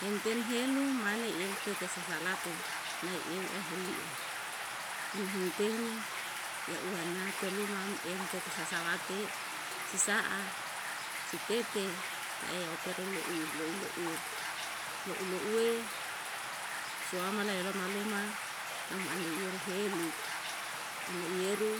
Himten helu mane eu tetesa salete, nai iu ehli'i, han hunten ya'u ana telu mam eu tete sasalate si sa'a, si tete. tae yau perlu lou louwe lou louwe suama laiyolama luma, tam an niyeru helu, an iyeru